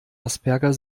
asperger